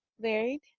Varied